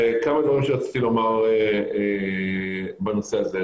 וכמה דברים שרציתי לומר בנושא הזה.